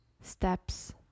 steps